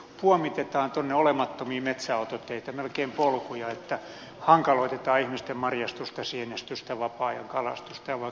puomitetaan tuonne olemattomiin metsäautoteitä melkein polkuja hankaloitetaan ihmisten marjastusta sienestystä vapaa ajan kalastusta ja vaikka mitä